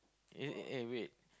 eh eh wait